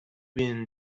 been